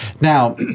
Now